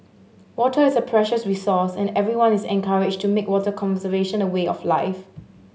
water is a precious resource and everyone is encouraged to make water conservation a way of life